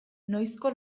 noizko